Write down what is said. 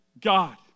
God